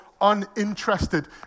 uninterested